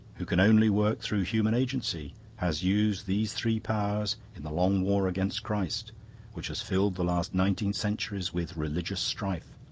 who can only work through human agency, has used these three powers in the long war against christ which has filled the last nineteen centuries with religious strife.